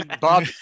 bob